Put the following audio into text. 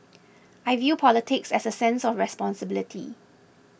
I view politics as a sense of responsibility